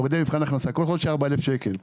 הורידו לי במבחן הכנסה כל חודש 4,000 שקל,